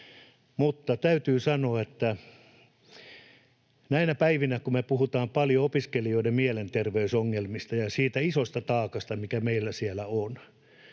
Mutta täytyy sanoa, että näinä päivinä, kun me puhutaan paljon opiskelijoiden mielenterveysongelmista ja siitä isosta taakasta, mikä meillä siellä on,